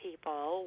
people